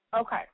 Okay